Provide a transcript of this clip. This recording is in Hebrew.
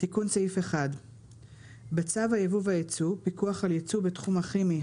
תיקון סעיף 1 בצו היבוא והיצוא (פיקוח על ייצוא בתחום הכימי,